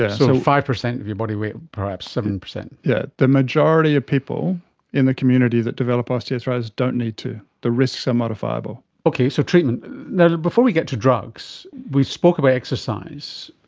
so five percent of your body weight, perhaps seven percent. yes, yeah the majority of people in the community that develop osteoarthritis don't need to, the risks are modifiable. okay, so treatment, now, before we get to drugs, we spoke about exercise,